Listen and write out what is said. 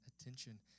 attention